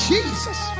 Jesus